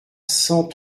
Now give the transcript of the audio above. cent